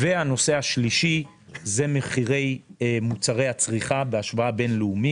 הנושא השלישי זה מחירי מוצרי הצריכה בהשוואה בין-לאומית.